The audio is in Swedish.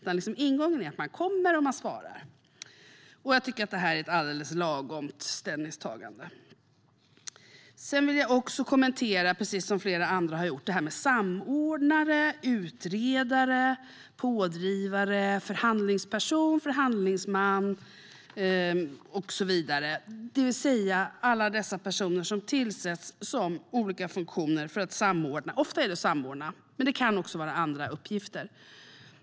Ingången är i stället att man kommer och att man svarar, och jag tycker att detta är ett alldeles lagom ställningstagande. Sedan vill jag, precis som flera andra har gjort, kommentera detta med samordnare, utredare, pådrivare, förhandlingsperson, förhandlingsman och så vidare. Det gäller alltså alla dessa personer som tillsätts i olika funktioner för att samordna. Ofta handlar det om att samordna, men det kan också vara andra uppgifter.